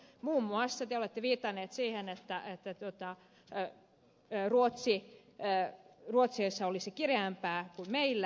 muun muassa te olette viitanneet siihen että ette tuottaa se käy ruotsi tänään ruotsi ei ruotsissa olisi kireämpää kuin meillä